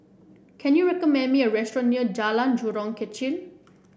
can you recommend me a restaurant near Jalan Jurong Kechil